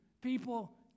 people